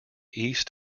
east